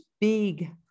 big